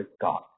God